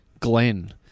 glenn